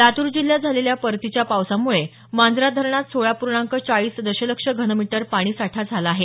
लातूर जिल्ह्यात झालेल्या परतीच्या पावसाम्ळे मांजरा धरणात सोळा पूर्णांंक चाळीस दशलक्ष घनमीटर पाणी साठा झाला आहे